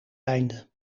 einde